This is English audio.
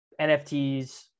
NFTs